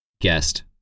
guest